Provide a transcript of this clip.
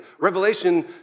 Revelation